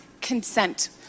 consent